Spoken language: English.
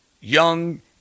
Young